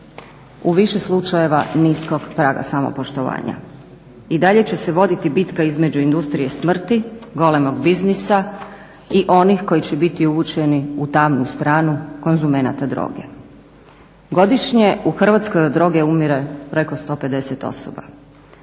u više slučajeva niskog praga samopoštovanja. I dalje će se voditi bitka između industrije smrti, golemog biznisa i onih koji će biti uvučeni u tamnu stranu konzumenata droge. Godišnje u Hrvatskoj od droge umire preko 150 osoba,